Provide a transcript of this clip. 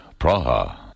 Praha